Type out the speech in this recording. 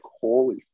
holy